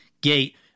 gate